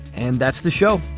and that's the show.